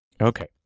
Okay